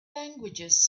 languages